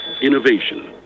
Innovation